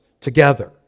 together